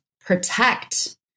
protect